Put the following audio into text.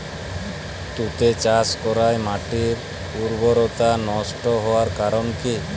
তুতে চাষ করাই মাটির উর্বরতা নষ্ট হওয়ার কারণ কি?